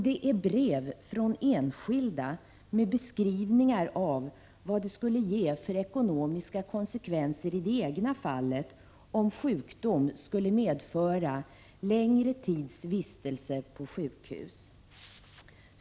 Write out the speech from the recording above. Det är brev från enskilda, med beskrivningar av vad det skulle ge för ekonomiska konsekvenser i det egna fallet, om sjukdom skulle medföra längre tids vistelse på sjukhus.